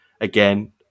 Again